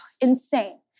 insane